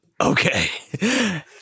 Okay